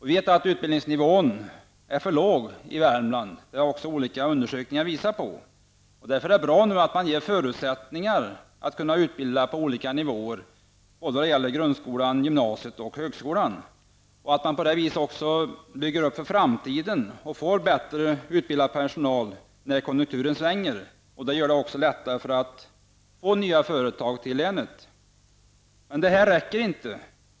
Vi vet att utbildningsnivån är för låg i Värmland. Det har olika undersökningar visat. Därför är det bra att man ger förutsättningar för att kunna utbilda på olika nivåer, både i grundskolan, gymnasiet och högskolan. På det viset bygger man upp för framtiden och får bättre utbildad personal när konjunkturen svänger. Det gör det också lättare att få nya företag till länet. Detta räcker inte.